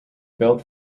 built